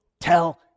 tell